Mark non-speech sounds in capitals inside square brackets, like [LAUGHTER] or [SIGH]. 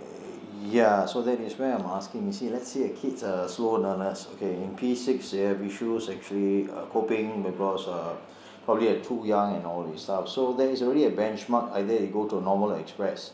eh ya so that is why I am asking you see let's say a kid is a slow learner okay in p six they have issues actually uh coping because uh [BREATH] probably they are too young and all these stuff so there is already a benchmark either they go to normal or express